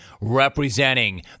representing